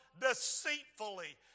deceitfully